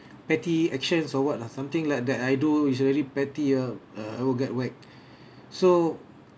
petty actions or what lah something like that I do is very petty ah uh I will get whacked so